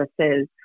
services